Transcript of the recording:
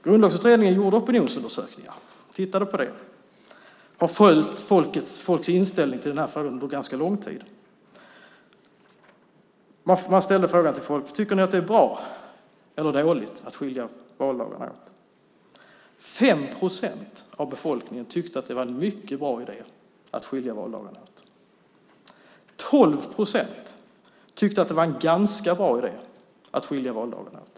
Grundlagsutredningen gjorde opinionsundersökningar och tittade på detta. Man har följt folks inställning till denna fråga under en ganska lång tid. Man ställde följande fråga till folk: Tycker ni att det är bra eller dåligt att skilja valdagarna åt? 5 procent av befolkningen tyckte att det var en mycket bra idé att skilja valdagarna åt. 12 procent tyckte att det var en ganska bra idé att skilja valdagarna åt.